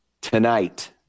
tonight